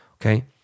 Okay